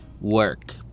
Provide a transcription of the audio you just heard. work